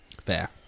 Fair